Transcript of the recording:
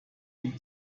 dem